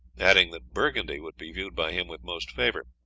adding that burgundy would be viewed by him with most favour.